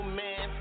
man